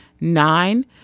Nine